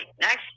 next